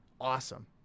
awesome